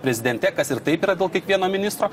prezidente kas ir taip yra dėl kiekvieno ministro